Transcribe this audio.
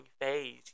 phase